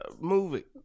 movie